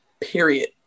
period